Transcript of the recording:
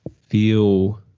feel